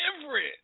different